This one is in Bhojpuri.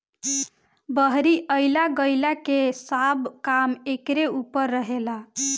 बहरी अइला गईला के सब काम एकरे ऊपर रहेला